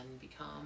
become